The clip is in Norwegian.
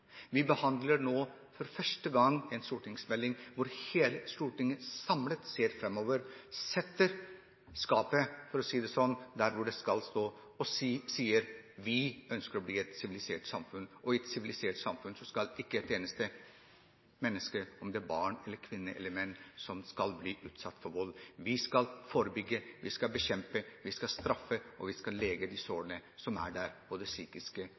Vi behandler nå for første gang en stortingsmelding hvor hele Stortinget samlet ser framover, setter skapet – for å si det sånn – der det skal stå og sier: Vi ønsker å bli et sivilisert samfunn. I et sivilisert samfunn skal ikke et eneste menneske, om det er barn, kvinner eller menn, bli utsatt for vold. Vi skal forebygge, vi skal bekjempe, vi skal straffe, og vi skal lege de sårene som er der, både de psykiske